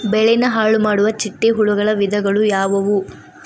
ಬೆಳೆನ ಹಾಳುಮಾಡುವ ಚಿಟ್ಟೆ ಹುಳುಗಳ ವಿಧಗಳು ಯಾವವು?